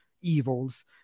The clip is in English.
evils